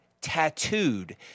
tattooed